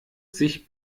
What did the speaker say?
sich